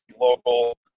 local